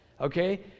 okay